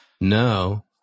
No